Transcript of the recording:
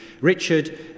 Richard